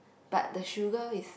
but the sugar is